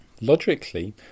Logically